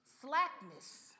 Slackness